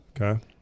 Okay